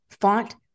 font